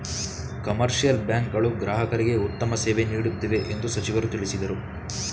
commercial bank ಗಳು ಗ್ರಾಹಕರಿಗೆ ಉತ್ತಮ ಸೇವೆ ನೀಡುತ್ತಿವೆ ಎಂದು ಸಚಿವರು ತಿಳಿಸಿದರು